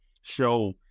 show